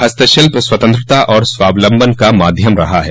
हस्तशिल्प स्वतंत्रता और स्वालम्बन का माध्यम रहा है